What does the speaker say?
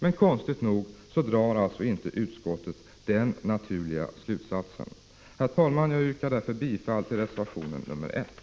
Men konstigt nog drar inte utskottet denna naturliga slutsats. Herr talman! Jag yrkar bifall till reservation 1.